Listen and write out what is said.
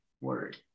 word